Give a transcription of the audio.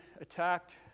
attacked